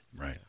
Right